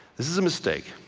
this is a mistake.